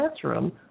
classroom